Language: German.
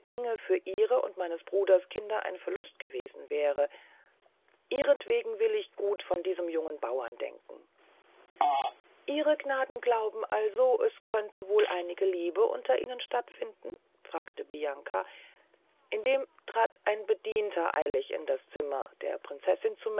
für ihre und meines bruders kinder ein verlust gewesen wäre ihrentwegen will ich gut von diesem jungen bauren denken ihre gnaden glauben also es könne wohl einige liebe unter ihnen statt finden fragte bianca indem trat ein bedienter eilig in das zimmer der prinzessin